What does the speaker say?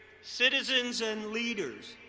citizens and leaders.